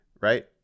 right